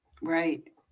Right